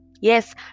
Yes